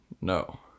no